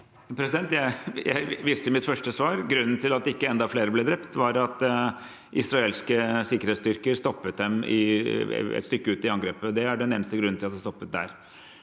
Jeg viste til i mitt første svar at grunnen til at ikke enda flere ble drept, var at israelske sikkerhetsstyrker stoppet dem et stykke ut i angrepet. Det er den eneste grunnen til at det stoppet der.